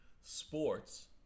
Sports